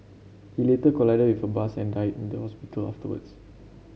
he later collided with a bus and died in the hospital afterwards